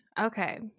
Okay